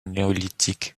néolithique